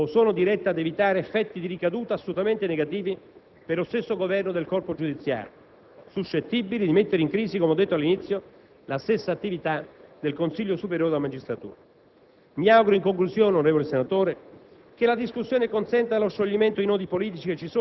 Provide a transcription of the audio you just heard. altre, le più numerose, attengono a profili di impraticabilità delle norme o sono dirette ad evitare effetti di ricaduta assolutamente negativi per lo stesso governo del corpo giudiziario, suscettibili di mettere in crisi - come ho detto all'inizio - la stessa attività del Consiglio superiore della magistratura.